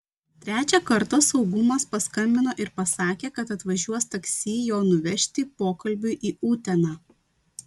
trečią kartą saugumas paskambino ir pasakė kad atvažiuos taksi jo nuvežti pokalbiui į uteną